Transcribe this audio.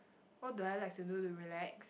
what do I like to do to relax